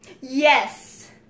Yes